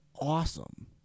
awesome